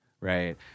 right